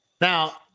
Now